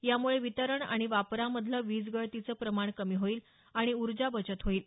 यामुळे वितरण आणि वापरामधलं वीजगळतीचं प्रमाण कमी होईल आणि ऊर्जा बचत होईल